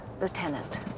Lieutenant